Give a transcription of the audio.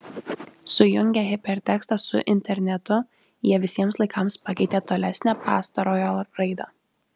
sujungę hipertekstą su internetu jie visiems laikams pakeitė tolesnę pastarojo raidą